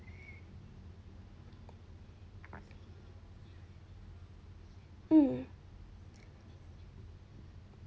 mm